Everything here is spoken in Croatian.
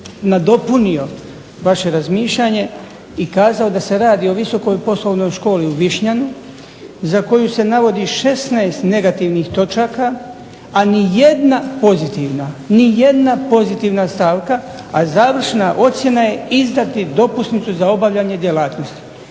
nadopunio vaše razmišljanje i kazao da se radi o visokoj poslovnoj školi u Višnjanu za koju se navodi 16 negativnih točaka, a nijedna pozitivna, nijedna pozitivna stavka, a završna ocjena je izdati dopusnicu za obavljanje djelatnosti.